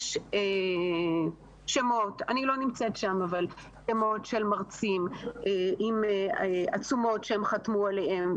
יש שמות של מרצים אני לא נמצאת שם כולל עצומות שהם חתמו עליהן.